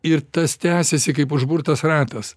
ir tas tęsiasi kaip užburtas ratas